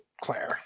Claire